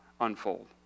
unfold